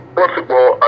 possible